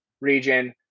region